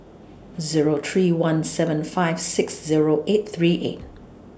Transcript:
Zero three one seven five six Zero eight three eight